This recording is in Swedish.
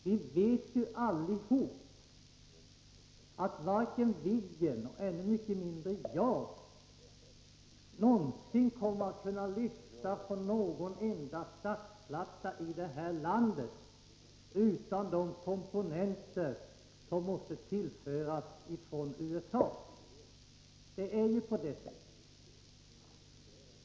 Vi vet ju allihop att varken Viggen eller än mindre JAS någonsin kommer att kunna lyfta från någon enda startplatta i det här landet utan de komponenter som måste tillföras från USA. Det är ju på det sättet.